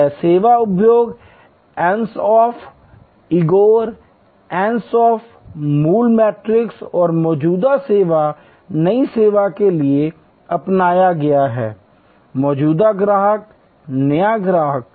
यह सेवा उद्योग Ansoff इगोर Ansoff मूल मैट्रिक्स और मौजूदा सेवा नई सेवा के लिए अपनाया गया है मौजूदा ग्राहक नया ग्राहक